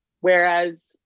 Whereas